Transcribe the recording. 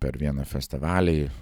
per vieną festivalį